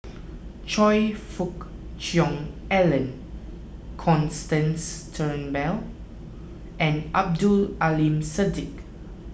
Choe Fook Cheong Alan Constance Turnbull and Abdul Aleem Siddique